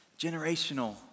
Generational